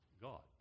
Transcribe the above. God